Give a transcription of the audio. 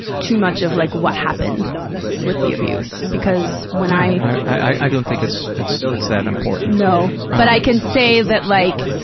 too much of, like, what happened with the abuse, because when i i don't think it's it's that important. no. but i can say that, like,